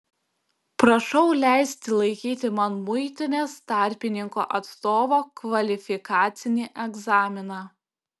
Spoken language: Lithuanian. prašau leisti laikyti man muitinės tarpininko atstovo kvalifikacinį egzaminą